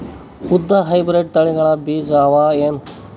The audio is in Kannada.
ಉದ್ದ ಹೈಬ್ರಿಡ್ ತಳಿಗಳ ಬೀಜ ಅವ ಏನು?